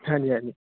ਹਾਂਜੀ ਹਾਂਜੀ